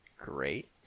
great